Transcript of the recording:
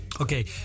Okay